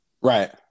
Right